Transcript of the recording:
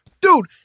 Dude